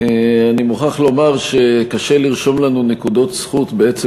אני מוכרח לומר שקשה לרשום לנו נקודות זכות בעצם